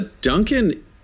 Duncan